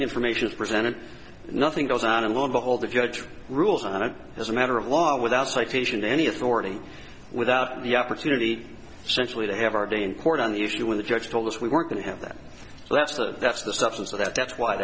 information is presented nothing goes on and lo and behold if you have rules on it as a matter of law without citation to any authority without the opportunity centrally to have our day in court on the issue when the judge told us we weren't going to have that that's the that's the substance of that that's why